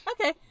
Okay